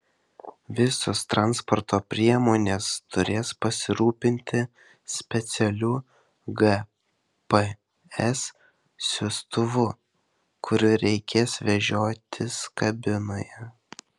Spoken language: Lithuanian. visos transporto priemonės turės pasirūpinti specialiu gps siųstuvu kurį reikės vežiotis kabinoje